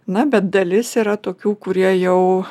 na bet dalis yra tokių kurie jau